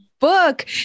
book